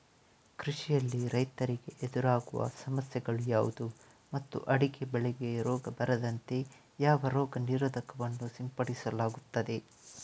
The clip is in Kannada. ಕೃಷಿಯಲ್ಲಿ ರೈತರಿಗೆ ಎದುರಾಗುವ ಸಮಸ್ಯೆಗಳು ಯಾವುದು ಮತ್ತು ಅಡಿಕೆ ಬೆಳೆಗೆ ರೋಗ ಬಾರದಂತೆ ಯಾವ ರೋಗ ನಿರೋಧಕ ವನ್ನು ಸಿಂಪಡಿಸಲಾಗುತ್ತದೆ?